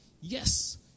Yes